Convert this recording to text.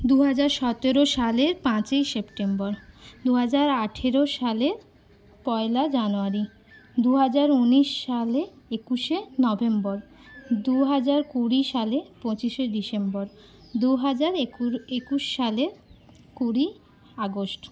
দু হাজার সতেরো সালের পাঁচই সেপ্টেম্বর দু হাজার আঠেরো সালের পয়লা জানুয়ারি দু হাজার ঊনিশ সালে একুশে নভেম্বর দু হাজার কুড়ি সালে পঁচিশে ডিসেম্বর দু হাজার একুশ সালে কুড়িই আগস্ট